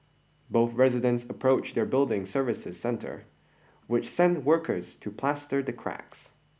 both residents approached their building services centre which sent workers to plaster the cracks